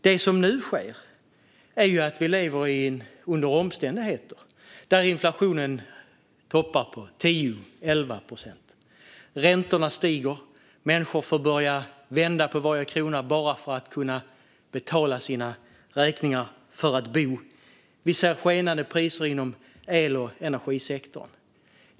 Det som nu sker är att vi lever under omständigheter där inflationen toppar på 10-11 procent. Räntorna stiger, och människor får börja vända på varje krona bara för att kunna betala sina kostnader för att bo. Vi ser skenande priser inom el och energisektorn.